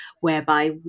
whereby